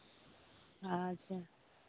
ᱟᱪᱪᱷᱟ